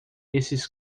esses